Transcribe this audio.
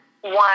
one